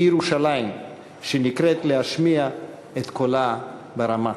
היא ירושלים, שנקראת להשמיע את קולה ברמה.